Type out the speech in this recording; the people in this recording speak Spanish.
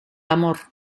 amor